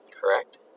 correct